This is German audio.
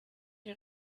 die